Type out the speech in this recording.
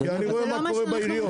אני רואה מה קורה בעיריות.